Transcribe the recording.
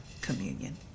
communion